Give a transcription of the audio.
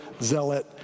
zealot